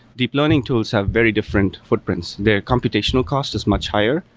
deep learning tools have very different footprints. their computational cost is much higher.